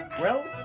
well,